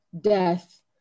death